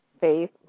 Faith